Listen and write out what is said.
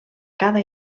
cada